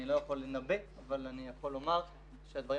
אני לא יכול לנבא אבל אני יכול לומר שהדברים